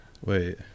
wait